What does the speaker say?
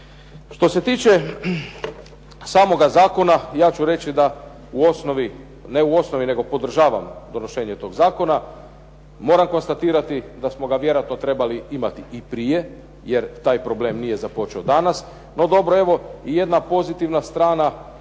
Što se tiče samoga zakona ja ću reći da u osnovi, ne u osnovi nego podržavam donošenje tog zakona. Moram konstatirati da smo ga vjerojatno trebali imati i prije jer taj problem nije započeo danas, no dobro evo jedna pozitivna strana